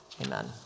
amen